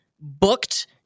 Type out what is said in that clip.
booked